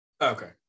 Okay